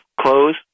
close